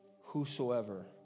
whosoever